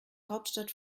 hauptstadt